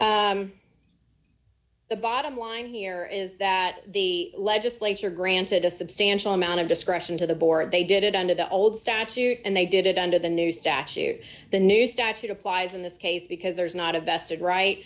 the bottom line here is that the legislature granted a substantial amount of discretion to the board they did it under the old statute and they did it under the new statute the new statute applies in this case because there is not a vested right